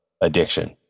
addiction